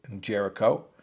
Jericho